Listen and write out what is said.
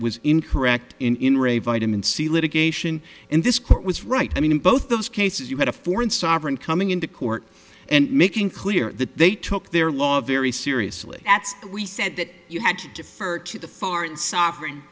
was incorrect in re vitamin c litigation in this court was right i mean in both those cases you had a foreign sovereign coming into court and making clear that they took their law very seriously that's what we said that you had to defer to the foreign sovereign